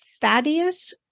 Thaddeus